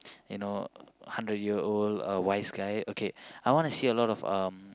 you know hundred year old uh wise guy okay I wanna see a lot of um